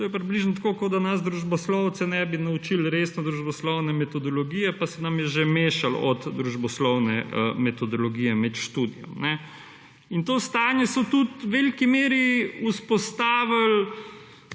To je približno tako, kot da nas, družboslovcev, ne bi naučili resno družboslovne metodologije, pa se nam je že mešalo od družboslovne metodologije med študijem. In to stanje so tudi v veliki meri vzpostavili